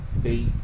stay